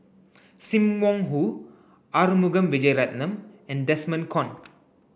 Sim Wong Hoo Arumugam Vijiaratnam and Desmond Kon